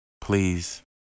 Please